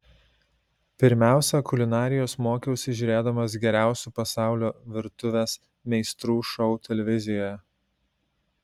pirmiausia kulinarijos mokiausi žiūrėdamas geriausių pasaulio virtuvės meistrų šou televizijoje